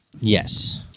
Yes